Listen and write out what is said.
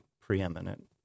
preeminent